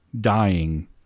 dying